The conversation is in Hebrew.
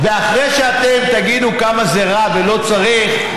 ואחרי שאתם תגידו כמה זה רע ולא צריך.